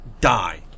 die